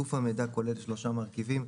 איסוף המידע כולל שלושה מרכיבים.